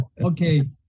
Okay